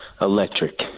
Electric